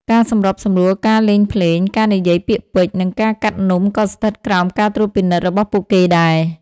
ការសម្របសម្រួលការលេងភ្លេង ការនិយាយពាក្យពេចន៍ និងការកាត់នំក៏ស្ថិតក្រោមការត្រួតពិនិត្យរបស់ពួកគេដែរ។